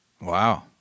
Wow